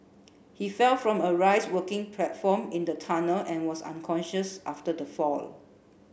he fell from a raise working platform in the tunnel and was unconscious after the fall